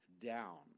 down